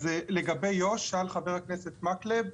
לגבי יו"ש, שאל חבר הכנסת מקלב,